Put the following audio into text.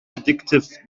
addictive